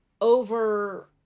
over